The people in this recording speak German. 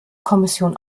kommission